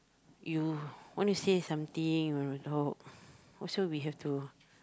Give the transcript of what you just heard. you wanna say something wanna talk also we have to